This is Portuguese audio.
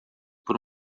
por